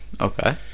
Okay